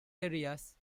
areas